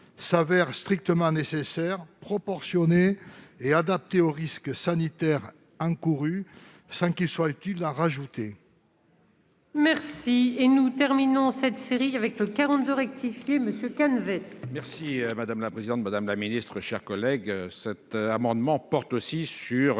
s'avère strictement nécessaire, proportionné et adapté aux risques sanitaires encourus sans qu'il soit utile d'en rajouter.